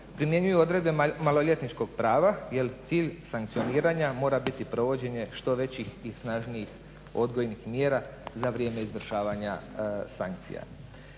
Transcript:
primjenjuju odredbe maloljetničkog pravo, jer cilj sankcioniranja mora biti provođenje što većih i snažnijih odgojnih mjera za vrijeme izvršavanja sankcija.